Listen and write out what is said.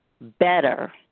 better